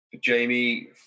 Jamie